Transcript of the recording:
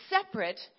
separate